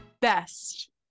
Best